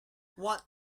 what